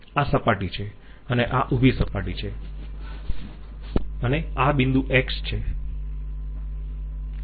આ સપાટી છે અને આ ઉભી સપાટી છે અને આ બિંદુ X છે બરાબર